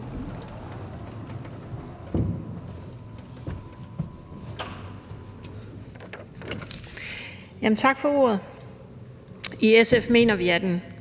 Tak for ordet. I SF mener vi, at en kort